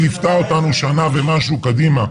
היא ליוותה אותנו שנה ומשהו קדימה,